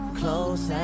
close